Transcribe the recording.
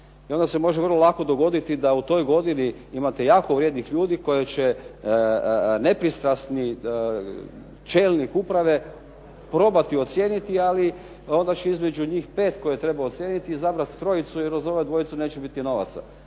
I onda se može vrlo lako dogoditi da u toj godini imate jako vrijednih ljudi koji će nepristrani čelnik uprave probati ocijeniti, ali onda će između njih 5 koje treba ocijeniti izabrati trojicu jer uz ovu dvojicu neće biti novaca.